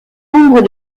nombre